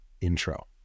intro